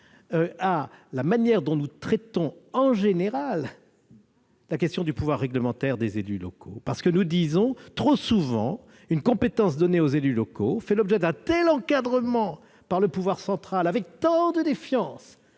à la manière dont nous traitons en général la question du pouvoir réglementaire des élus locaux. Trop souvent, une compétence donnée aux élus locaux fait l'objet d'un tel encadrement par le pouvoir central et d'une telle défiance